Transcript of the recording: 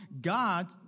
God